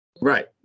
Right